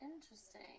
interesting